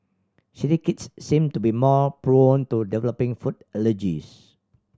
city kids seem to be more prone to developing food allergies